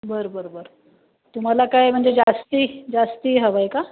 बर बर बर तुम्हाला काय म्हणजे जास्ती जास्ती हवं आहे का